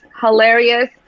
hilarious